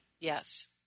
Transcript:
Yes